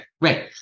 right